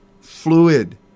fluid